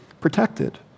protected